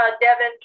Devin